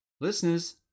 Listeners